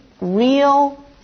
real